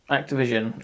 Activision